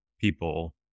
people